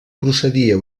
procedia